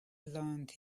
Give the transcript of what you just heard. learns